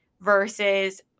versus